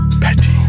Petty